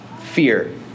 fear